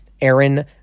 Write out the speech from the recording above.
Aaron